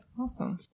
Awesome